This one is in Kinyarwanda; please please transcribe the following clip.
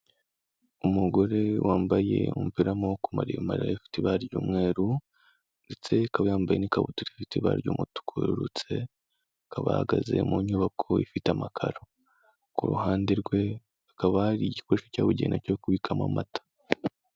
Umugore wambaye umupira w'amaboko maremare, ufite ibara ry'umweru ndetse akaba yambaye n'ikabutura ifite ibara ry'umutuku werurutse, akaba ahagaze mu nyubako ifite amakaro, ku ruhande rwe hakaba hari igikoresho cyabugenewe cyo kubikamo amata.